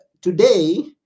today